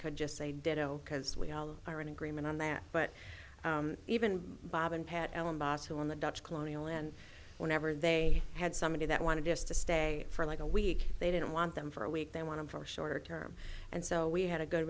could just say ditto because we all are in agreement on that but even bob and pat ellen boss who are on the dutch colonial and whenever they had somebody that wanted just to stay for like a week they didn't want them for a week they want to for a shorter term and so we had a good